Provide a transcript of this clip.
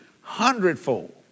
hundredfold